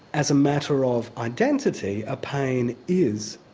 as a matter of identity, a pain is